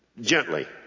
Gently